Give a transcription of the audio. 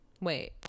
Wait